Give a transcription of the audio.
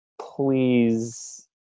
Please